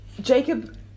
Jacob